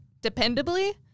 dependably